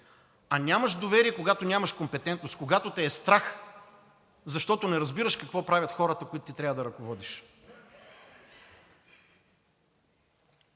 А нямаш доверие, когато нямаш компетентност, когато те е страх, защото не разбираш какво правят хората, които ти трябва да ръководиш.